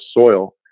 soil